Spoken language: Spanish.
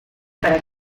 para